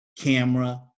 Camera